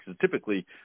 Typically